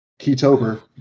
Keytober